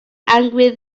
angry